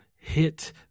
hit